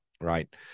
Right